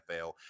NFL